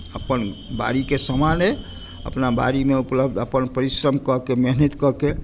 अपन बाड़ीकेँ सामान अइ अपना बाड़ीमे उपलब्ध अपन परिश्रम कऽ कऽ अपन मेहनत कऽ के